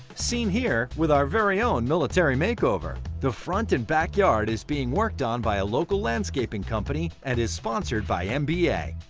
seen here, with our very own military makeover. the front and back yard is being worked on by a local landscaping company, and is sponsored by ah mba.